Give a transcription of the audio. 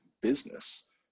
business